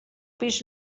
pis